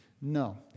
no